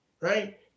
right